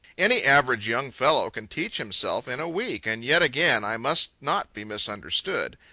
any average young fellow can teach himself in a week. and yet again i must not be misunderstood.